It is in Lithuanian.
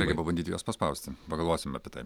reikia pabandyti juos paspausti pagalvosim apie tai